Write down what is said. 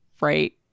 right